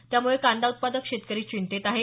त्यामुळे कांदा उत्पादक शेतकरी चिंतेत आहे